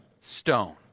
stone